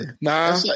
nah